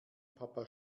papa